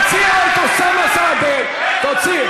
תוציאו